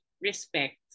respect